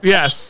Yes